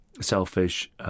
Selfish